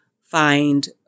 find